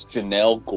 Janelle